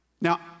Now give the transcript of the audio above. Now